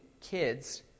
kids